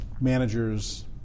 managers